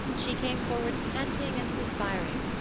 she came forward panting and perspiring,